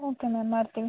okay ma'am ಮಾಡ್ತೀವಿ